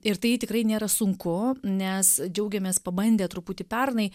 ir tai tikrai nėra sunku nes džiaugiamės pabandę truputį pernai